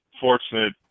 fortunate